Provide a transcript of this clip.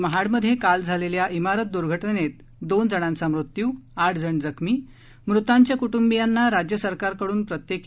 महाडमध्ये काल झालेल्या श्रारत दुर्घटनेत दोन जणांचा मृत्यू आठ जण जखमी मृतांच्या कुटुंबांना राज्य सरकारकडून प्रत्येकी